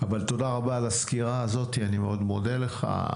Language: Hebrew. אבל תודה רבה על הסקירה הזאת, אני מאוד מודה לך.